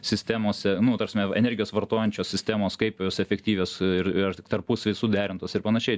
sistemose nu ta prasme energijos vartojančios sistemos kaip jos efektyvios ir ir ir tik tarpusavy suderintos ir panašiai